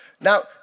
Now